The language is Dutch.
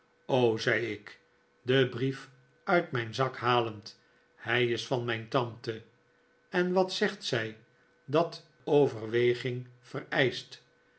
zei ik den brief uit mijn zak halend hij is van mijn tante en wat zegt zij dat overweging vereischt